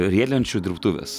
riedlenčių dirbtuvės